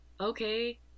okay